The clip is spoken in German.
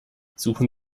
suchen